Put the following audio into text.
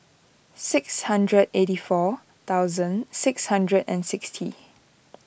six hundred eighty four thousand six hundred and sixty